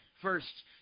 First